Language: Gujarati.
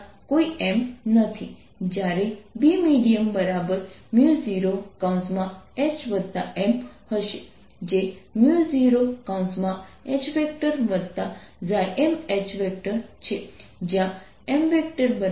અમે તમને સમાન પ્રોબ્લેમને જોવાની બે રીત આપી છે કાં તો બાઉન્ડ પ્રવાહ દ્વારા અથવા ઇલેક્ટ્રિક એનાલિસિસ દ્વારા